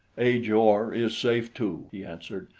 ajor is safe, too, he answered.